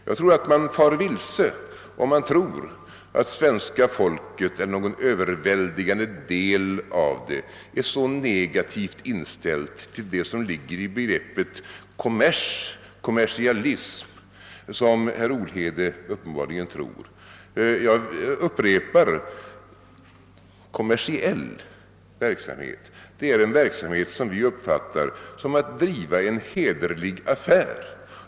Jag tror att man far vilse, om man tror, att svenska folket eller någon överväldigande del av det är så negativt inställt till det som ligger i begreppet kommers och kommersialism som herr Olhede uppenbarligen tror. Jag upprepar att kommersiell verksamhet är en verksamhet som vi uppfattar som att driva en hederlig affär.